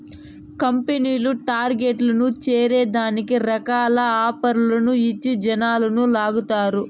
కంపెనీలు టార్గెట్లు చేరే దానికి రకరకాల ఆఫర్లు ఇచ్చి జనాలని లాగతారు